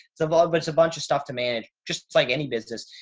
the vod. but it's a bunch of stuff to manage just like any business.